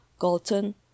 Galton